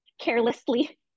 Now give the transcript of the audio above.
carelessly